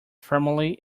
firmly